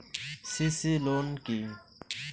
CC loan কি?